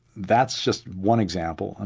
that's just one example. and